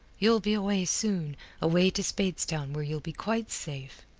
you'll be away soon away to speightstown, where you'll be quite safe.